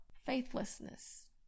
faithlessness